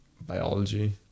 biology